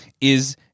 is-